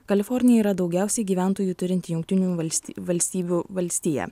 kalifornija yra daugiausiai gyventojų turinti jungtinių vals valstybių valstija